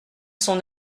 son